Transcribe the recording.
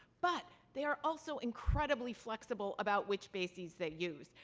but they are also incredibly flexible about which bases they use.